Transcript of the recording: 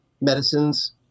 medicines